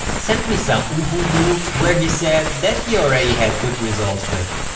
send me some uhu glue where he said that he already had good results with.